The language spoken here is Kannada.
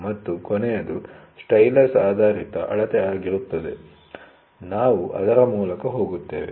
ಮತ್ತು ಕೊನೆಯದು ಸ್ಟೈಲಸ್ ಆಧಾರಿತ ಅಳತೆ ಆಗಿರುತ್ತದೆ ನಾವು ಅದರ ಮೂಲಕ ಹೋಗುತ್ತೇವೆ